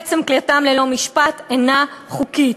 עצם כליאתם ללא משפט אינה חוקית.